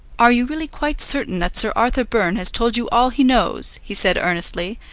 are you really quite certain that sir arthur byrne has told you all he knows? he said earnestly,